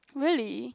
really